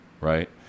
right